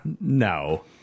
No